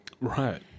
Right